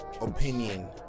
opinion